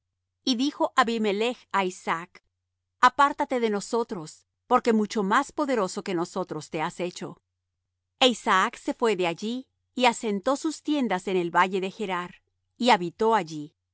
y dijo abimelech á isaac apártate de nosotros porque mucho más poderoso que nosotros te has hecho e isaac se fué de allí y asentó sus tiendas en el valle de gerar y habitó allí